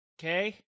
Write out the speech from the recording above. Okay